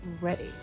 ready